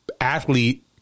athlete